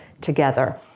together